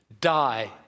die